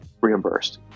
reimbursed